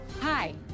Hi